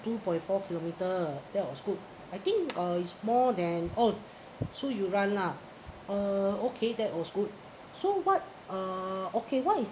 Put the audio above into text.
two point four kilometer that was good I think uh is more than oh so you run lah uh okay that was good so what uh okay what is